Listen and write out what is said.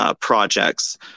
projects